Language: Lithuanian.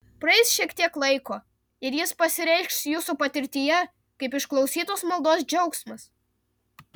praeis šiek tiek laiko ir jis pasireikš jūsų patirtyje kaip išklausytos maldos džiaugsmas